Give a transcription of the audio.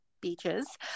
beaches